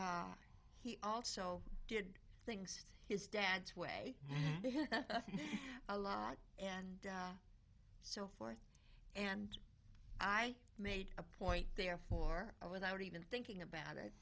but he also did things his dad's way a lot and so forth and i made a point there for a without even thinking about